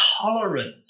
tolerant